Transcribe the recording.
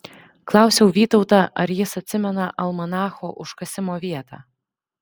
klausiau vytautą ar jis atsimena almanacho užkasimo vietą